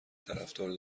طرفدار